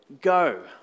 go